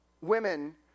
women